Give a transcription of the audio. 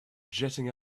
jetting